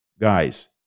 Guys